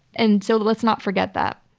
and so let's not forget that.